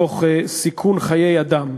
תוך סיכון חיי אדם.